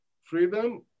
freedom